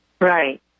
Right